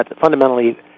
Fundamentally